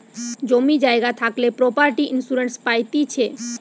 জমি জায়গা থাকলে প্রপার্টি ইন্সুরেন্স পাইতিছে